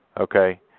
okay